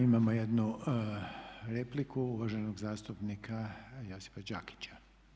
Imamo jednu repliku uvaženog zastupnika Josipa Đakića.